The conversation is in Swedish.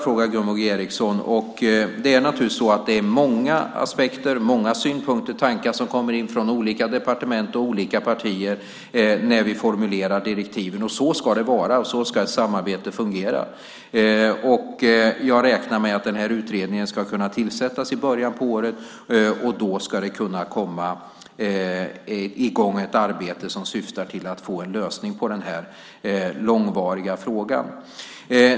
frågar Gunvor G Ericson. Det är naturligtvis många aspekter, synpunkter och tankar som kommer in från olika departement och olika partier när vi formulerar direktiven. Så ska det vara. Så ska ett samarbete fungera. Jag räknar med att den här utredningen ska kunna tillsättas i början av året. Då ska det kunna komma i gång ett arbete som syftar till att få en lösning på den här långvariga frågan.